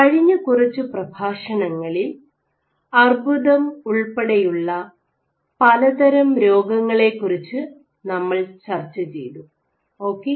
കഴിഞ്ഞ കുറച്ചു പ്രഭാഷണങ്ങളിൽ അർബുദം ഉൾപ്പെടെയുള്ള പലതരം രോഗങ്ങളെക്കുറിച്ച് നമ്മൾ ചർച്ച ചെയ്തു ഓക്കേ